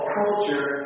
culture